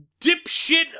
dipshit